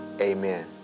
Amen